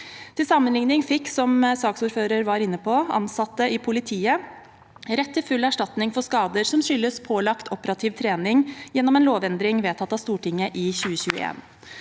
Til sammenligning fikk – som saksordføreren var inne på – ansatte i politiet rett til full erstatning for skader som skyldes pålagt operativ trening, gjennom en lovendring vedtatt av Stortinget i 2021.